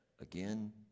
again